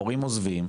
המורים עוזבים,